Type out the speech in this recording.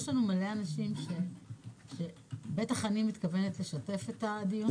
יש לנו מלא אנשים שבטח אני מתכוונת לשתף את הדיון הזה.